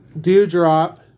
Dewdrop